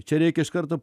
čia reikia iš karto